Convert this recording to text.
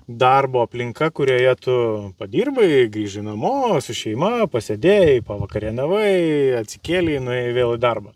darbo aplinka kurioje tu padirbai grįži namo su šeima pasėdėjai pavakarieniavai atsikėlėi nuėjai vėl į darbą